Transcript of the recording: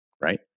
right